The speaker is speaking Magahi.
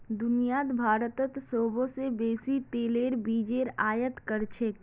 दुनियात भारतत सोबसे बेसी तेलेर बीजेर आयत कर छेक